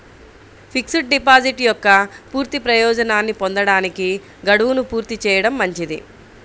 fixed deposit యొక్క పూర్తి ప్రయోజనాన్ని పొందడానికి, గడువును పూర్తి చేయడం మంచిది